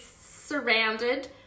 surrounded